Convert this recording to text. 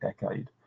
decade